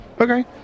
Okay